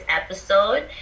episode